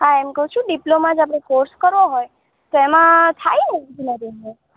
હા એમ કહું છું ડિપ્લોમા જ આપણે કોર્સ કરવો હોય તો એમાં થાય ને ઍન્જીનિયરિંગ અને